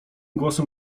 głosem